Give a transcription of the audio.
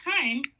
time